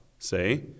Say